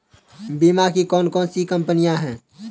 बीमा की कौन कौन सी कंपनियाँ हैं?